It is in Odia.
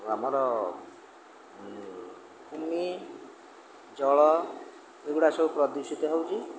ଆମର ଜମି ଜଳ ଏଗୁଡ଼ା ସବୁ ପ୍ରଦୂଷିତ ହେଉଛି